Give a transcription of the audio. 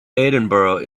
edinburgh